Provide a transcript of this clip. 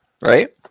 Right